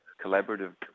collaborative